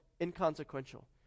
inconsequential